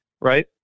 right